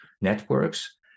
networks